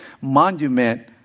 monument